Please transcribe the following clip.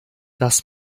das